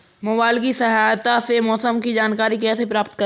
Mobile की सहायता से मौसम की जानकारी कैसे प्राप्त करें?